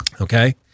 Okay